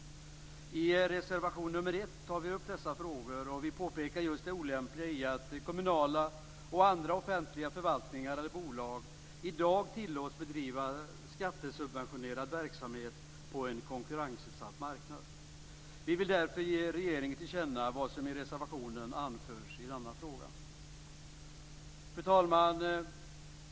I reservation 1 tar vi upp dessa frågor. Vi påpekar just det olämpliga i att kommunala och andra offentliga förvaltningar eller bolag i dag tillåts bedriva skattesubventionerad verksamhet på en konkurrensutsatt marknad. Vi vill därför ge regeringen till känna vad som i reservationen anförs i denna fråga. Fru talman!